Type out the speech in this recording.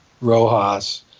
Rojas